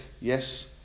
yes